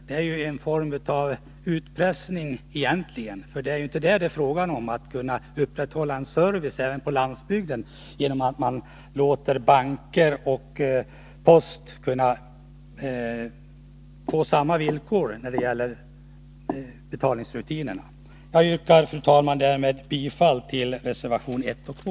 Det är egentligen en form av utpressning, för det är ju inte fråga om att man inte skall upprätthålla service även på landsbygden, om man låter banker och post få samma villkor när det gäller betalningsrutinerna. Fru talman! Jag yrkar härmed bifall till reservationerna 1 och 2.